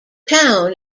town